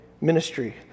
ministry